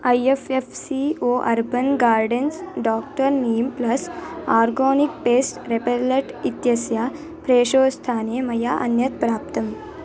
I F F C O Urban Gardens Doctor Neem Plus organic pest repellent इत्यस्य प्रेष्यं स्थाने मया अन्यत् प्राप्तम्